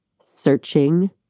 searching